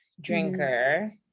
drinker